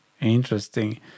Interesting